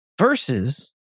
versus